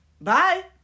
Bye